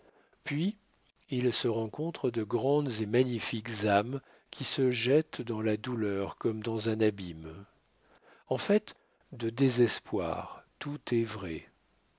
puis il se rencontre de grandes et magnifiques âmes qui se jettent dans la douleur comme dans un abîme en fait de désespoir tout est vrai